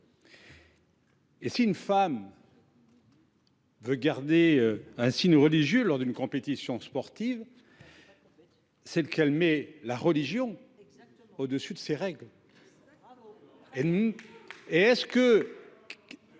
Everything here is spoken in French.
! Si une femme veut porter un signe religieux lors d’une compétition sportive, c’est qu’elle met la religion au dessus de ces règles. Sérieusement